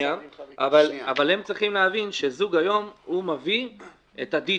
אבל הם צריכים להבין שזוג היום מביא את הדי-ג'יי,